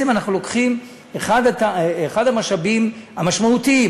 אחד המשאבים המשמעותיים,